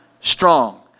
strong